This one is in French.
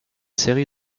série